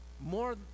more